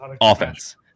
offense